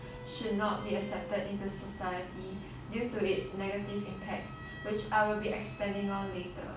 should not be accepted into society due to its negative impacts which I will be expanding on later